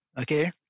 okay